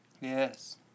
Yes